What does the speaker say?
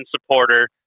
supporter